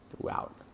throughout